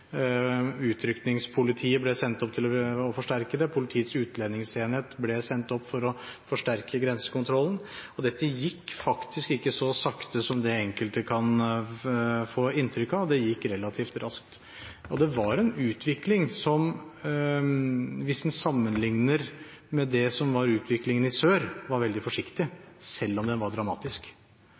ble sendt opp for å forsterke det. Politiets utlendingsenhet ble sendt opp for å forsterke grensekontrollen. Og dette gikk faktisk ikke så sakte som det enkelte kan få inntrykk av – det gikk relativt raskt. Det var en utvikling som, hvis man sammenligner med det som var utviklingen i sør, var veldig forsiktig, selv om den var dramatisk.